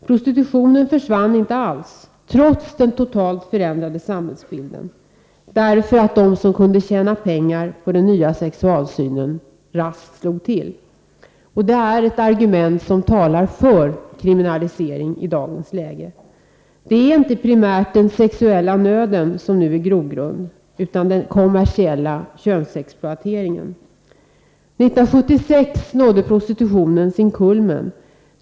Prostitutionen försvann inte alls, trots den totalt förändrade samhällsbilden. De som kunde tjäna pengar på den nya sexualsynen slog nämligen raskt till. Det är ett argument som talar för en kriminalisering i dagens läge. Det är inte primärt den sexuella nöden som nu är grogrund, utan den kommersiella könsexploateringen. 1976 nådde prostitutionen sin kulmen.